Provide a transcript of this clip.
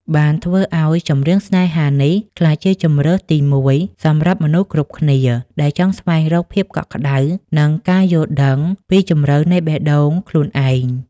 បានធ្វើឱ្យ ចម្រៀងស្នេហានេះ ក្លាយជាជម្រើសទីមួយសម្រាប់មនុស្សគ្រប់គ្នាដែលចង់ស្វែងរកភាពកក់ក្ដៅ និងការយល់ដឹងពីជម្រៅនៃបេះដូងខ្លួនឯង។